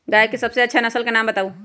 गाय के सबसे अच्छा नसल के नाम बताऊ?